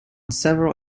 several